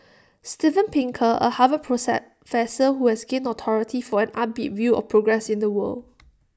Steven Pinker A Harvard who has gained notoriety for an upbeat view of progress in the world